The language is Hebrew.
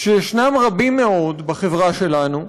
שיש רבים מאוד, בחברה שלנו,